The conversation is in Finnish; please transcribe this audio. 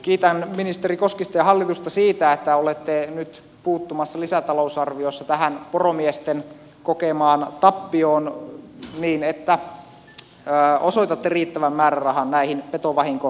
kiitän ministeri koskista ja hallitusta siitä että olette nyt puuttumassa lisätalousarviossa tähän poromiesten kokemaan tappioon niin että osoitatte riittävän määrärahan näihin petovahinkokorvauksiin